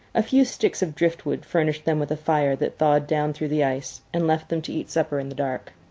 a few sticks of driftwood furnished them with a fire that thawed down through the ice and left them to eat supper in the dark.